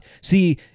See